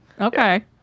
Okay